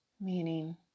meaning